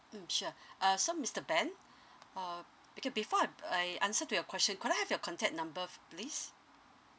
mm sure uh so mister ben uh okay before I b~ I answer to your question could I have your contact number f~ please